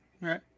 right